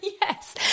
Yes